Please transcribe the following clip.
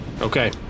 Okay